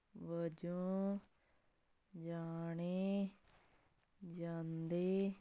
ਵਜੋਂ ਜਾਣੇ ਜਾਂਦੇ